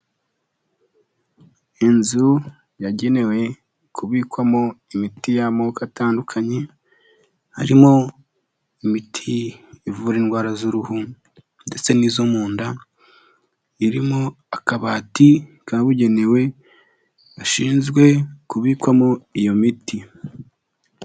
Inzu yagenewe kubikwamo imiti y'amoko atandukanye, harimo imiti ivura indwara z'uruhu ndetse n'izo mu nda, irimo akabati kabugenewe gashinzwe kubikwamo iyo miti.